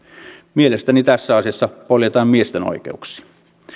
mielestäni tässä asiassa poljetaan miesten oikeuksia